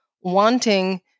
wanting